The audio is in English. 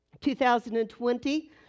2020